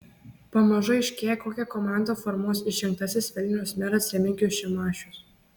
pamažu aiškėja kokią komandą formuos išrinktasis vilniaus meras remigijus šimašius